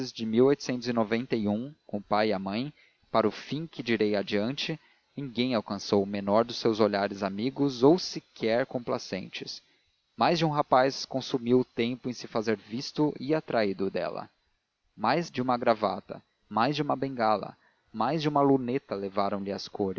e eu com o pai e a mãe para o fim que direi adiante ninguém alcançou o menor dos seus olhares amigos ou sequer complacentes mais de um rapaz consumiu o tempo em se fazer visto e atraído dela mais de uma gravata mais de uma bengala mais de uma luneta